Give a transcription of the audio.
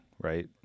right